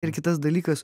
ir kitas dalykas